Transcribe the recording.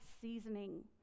seasoning